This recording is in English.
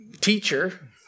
teacher